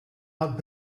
out